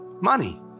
Money